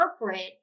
interpret